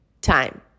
time